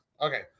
Okay